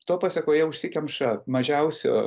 to pasekoje užsikemša mažiausi